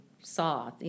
saw